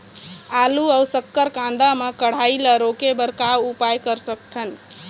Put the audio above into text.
आलू अऊ शक्कर कांदा मा कढ़ाई ला रोके बर का उपाय कर सकथन?